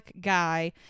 guy